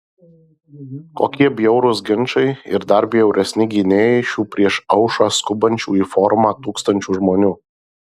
kokie bjaurūs ginčai ir dar bjauresni gynėjai šių prieš aušrą skubančių į forumą tūkstančių žmonių